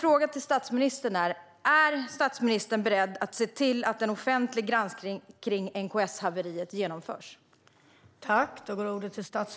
Är statsministern beredd att se till att en offentlig granskning av NKS-haveriet genomförs?